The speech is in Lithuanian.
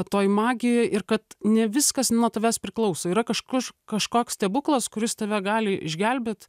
toj magijoj ir kad ne viskas nuo tavęs priklauso yra kaž kuž kažkoks stebuklas kuris tave gali išgelbėt